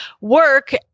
work